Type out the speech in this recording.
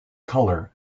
colour